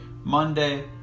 Monday